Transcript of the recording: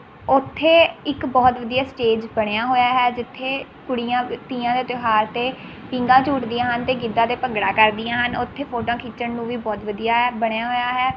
ਉੱਥੇ ਇੱਕ ਬਹੁਤ ਵਧੀਆ ਸਟੇਜ ਬਣਿਆ ਹੋਇਆ ਹੈ ਜਿੱਥੇ ਕੁੜੀਆਂ ਤੀਆਂ ਦੇ ਤਿਉਹਾਰ 'ਤੇ ਪੀਂਘਾਂ ਝੂਟਦੀਆਂ ਹਨ ਅਤੇ ਗਿੱਧਾ ਅਤੇ ਭੰਗੜਾ ਕਰਦੀਆਂ ਹਨ ਉੱਥੇ ਫੋਟੋਆਂ ਖਿੱਚਣ ਨੂੰ ਵੀ ਬਹੁਤ ਵਧੀਆ ਹੈ ਬਣਿਆ ਹੋਇਆ ਹੈ